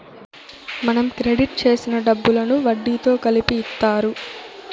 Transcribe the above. మనం క్రెడిట్ చేసిన డబ్బులను వడ్డీతో కలిపి ఇత్తారు